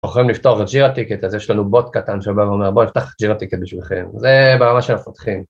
יכולים לפתוח ג'ירה טיקט אז יש לנו בוט קטן שאומר בוא נפתח ג'ירה טיקט בשבילכם, זה ברמה של המפתחים.